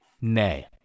nay